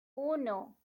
uno